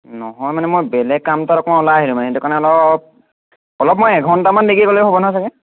নহয় মানে মই বেলেগ কাম এটাত অকণমান ওলাই আহিলোঁ সেইটো কাৰণে মানে অলপ অলপ মই এঘণ্টামান দেৰিকৈ গ'লে হ'ব নহয় চাগে